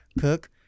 cook